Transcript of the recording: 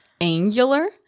angular